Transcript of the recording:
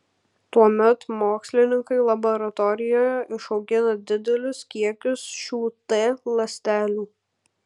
tuomet mokslininkai laboratorijoje išaugina didelius kiekius šių t ląstelių